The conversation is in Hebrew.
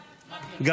מטי, לא?